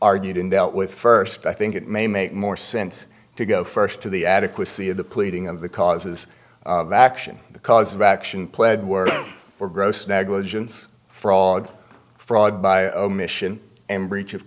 argued and dealt with first i think it may make more sense to go first to the adequacy of the pleading of the causes of action the cause of action pled were for gross negligence frog fraud by omission and breach of